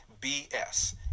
BS